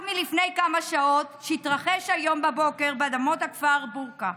רק מלפני כמה שעות שהתרחש היום בבוקר באדמות הכפר בורקה.